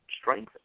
strengthen